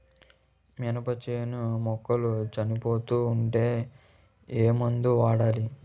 మినప చేను మొక్కలు చనిపోతూ ఉంటే ఏమందు వాడాలి?